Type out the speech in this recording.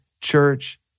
church